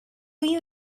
you